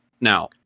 now